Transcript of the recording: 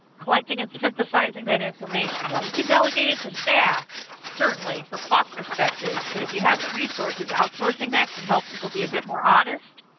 collecting and synthesizing that information. now you can delegate to staff certainly for cost perspective. but if you have the resources, outsourcing that can help people be a bit more honest.